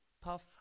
Puff